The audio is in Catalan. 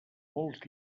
molts